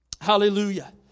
Hallelujah